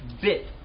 bit